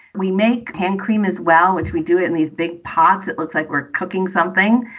we make hand cream as well, which we do it in these big pots. it looks like we're cooking something.